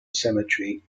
cemetery